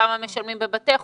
כמה משלמים בבתי חולים,